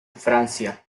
francia